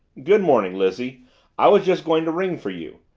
good morning, lizzie i was just going to ring for you.